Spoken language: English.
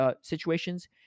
situations